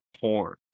porn